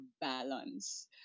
balance